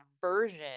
version